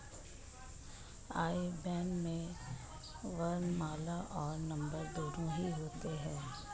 आई ban में वर्णमाला और नंबर दोनों ही होते हैं